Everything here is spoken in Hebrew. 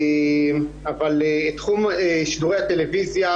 את תחום שידורי הטלוויזיה,